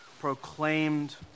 proclaimed